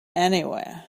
anywhere